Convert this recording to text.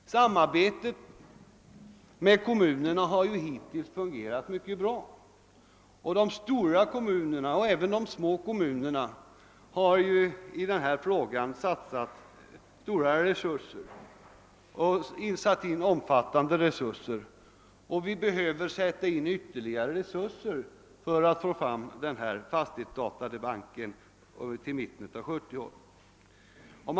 Samarbetet med kommunerna har ju hittilis fungerat mycket bra. De stora kommunerna och även de små kommunerna har i denna fråga satsat stora re surser, och vi behöver sätta in ytterligare resurser för att få fram fastighetsdatabanken till mitten av 1970-talet.